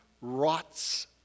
rots